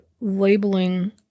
labeling